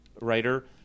writer